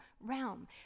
realm